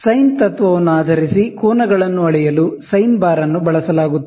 sign ತತ್ವವನ್ನು ಆಧರಿಸಿ ಕೋನಗಳನ್ನು ಅಳೆಯಲು ಸೈನ್ ಬಾರ್ ಅನ್ನು ಬಳಸಲಾಗುತ್ತದೆ